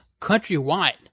countrywide